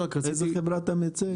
איזה חברה אתה מייצג?